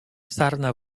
sarna